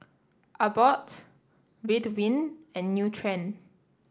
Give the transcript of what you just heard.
Abbott Ridwind and Nutren